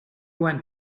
went